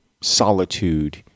solitude